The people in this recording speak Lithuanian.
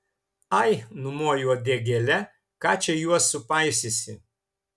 ai numoju uodegėle ką čia juos supaisysi